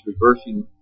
reversing